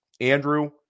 Andrew